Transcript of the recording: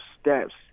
steps